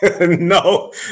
No